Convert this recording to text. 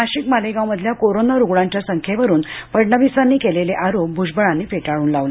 नाशिक मालेगावमधल्या कोरोना रुग्णांच्या संख्येवरून फडणवीसांनी केलेले आरोप भूजबळांनी फेटाळून लावले